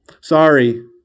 Sorry